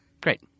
Great